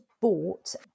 bought